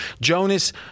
Jonas